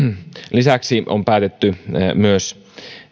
lisäksi on päätetty myös